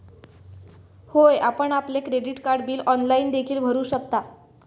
होय, आपण आपले क्रेडिट कार्ड बिल ऑनलाइन देखील भरू शकता